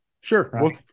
Sure